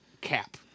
cap